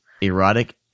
Erotic